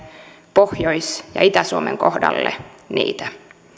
pohjois ja itä suomen kohdalle niitä